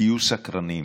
תהיו סקרנים,